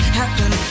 happen